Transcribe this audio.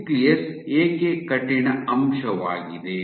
nucleus ಏಕೆ ಕಠಿಣ ಅಂಶವಾಗಿದೆ